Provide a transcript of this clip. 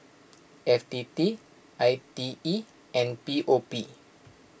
F T T I T E and P O P